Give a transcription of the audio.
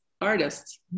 artists